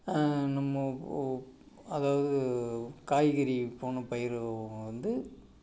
நம்ம அதாவது காய்கறி விற்போம் நான் பயிறு வந்து